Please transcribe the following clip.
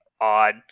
odd